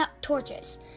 Torches